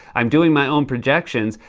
i'm doing my own projections,